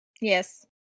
Yes